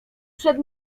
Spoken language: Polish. przed